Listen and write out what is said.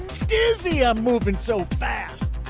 dizzy. i'm moving so fast.